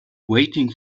waiting